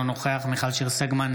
אינו נוכח מיכל שיר סגמן,